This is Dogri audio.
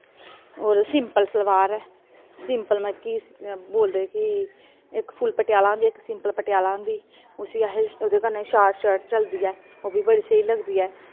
होर सिंपल सलवार ऐ सिंपल मतलब कि बोलदे कि इक फुल पटिआला होंदी इक सिंपल पटिआला होंदी उस्सी अस उ'दे कन्नै शार्ट शर्ट चलदी ऐ ओह् बी बड़ी स्हेई लगदी ऐ